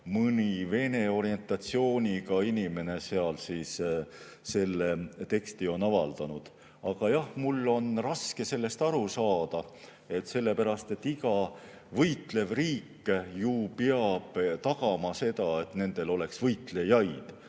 mõni Vene orientatsiooniga inimene seal selle teksti on avaldanud. Aga jah, mul on raske sellest aru saada. Sellepärast, et iga võitlev riik peab ju tagama selle, et tal oleks võitlejaid,